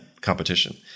competition